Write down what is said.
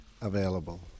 available